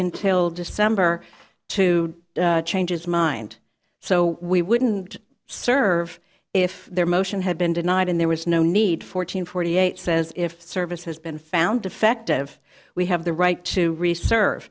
until december to change his mind so we wouldn't serve if their motion had been denied and there was no need fourteen forty eight says if service has been found defective we have the right to research